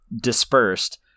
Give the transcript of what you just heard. dispersed